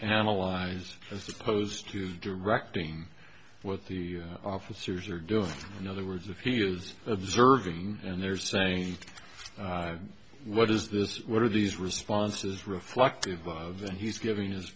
analyze as opposed to directing what the officers are doing in other words if he is observing and they're saying what is this what are these responses reflective of then he's giving his